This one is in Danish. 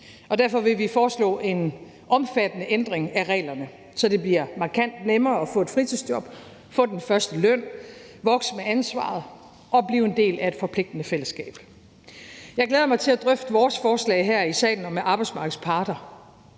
Derfor vil vi foreslå en omfattende ændring af reglerne, så det bliver markant nemmere at få et fritidsjob, få den første løn, vokse med ansvaret og blive en del af et forpligtende fællesskab. Jeg glæder mig til at drøfte vores forslag her i salen og med arbejdsmarkedets parter,